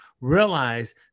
realize